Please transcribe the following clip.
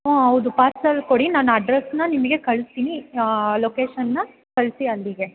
ಹ್ಞೂ ಹೌದು ಪಾರ್ಸೆಲ್ ಕೊಡಿ ನಾನು ಅಡ್ರೆಸನ್ನ ನಿಮಗೆ ಕಳಿಸ್ತೀನಿ ಲೊಕೇಶನ್ನ ಕಳಿಸಿ ಅಲ್ಲಿಗೆ